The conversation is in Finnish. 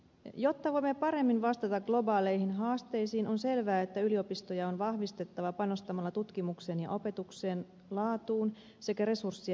jotta voimme paremmin vastata globaaleihin haasteisiin on selvää että yliopistoja on vahvistettava panostamalla tutkimuksen ja opetuksen laatuun sekä resurssien määrään